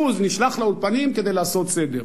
נשלח לאולפנים כדי לעשות סדר.